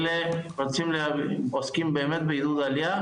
אלא עוסקים באמת בעידוד עלייה,